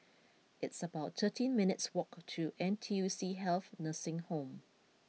it's about thirteen minutes' walk to N T U C Health Nursing Home